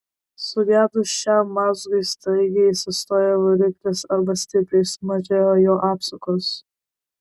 sugedus šiam mazgui staigiai sustoja variklis arba stipriai sumažėja jo apsukos